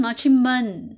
ya lor